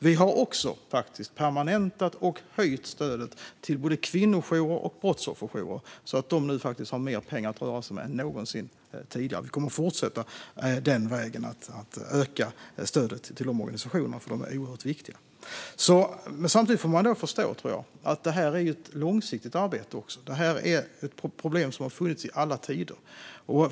Vi har också permanentat och höjt stödet till både kvinnojourer och brottsofferjourer, så att de nu har mer pengar att röra sig med än någonsin tidigare. Vi kommer att fortsätta på den vägen och öka stödet till de organisationerna, för de är oerhört viktiga. Men samtidigt ska man förstå att det här är ett långsiktigt arbete. Detta är ett problem som har funnits i alla tider.